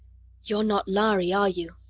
you're not lhari, are you?